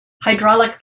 hydraulic